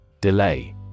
Delay